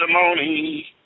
testimony